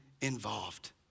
involved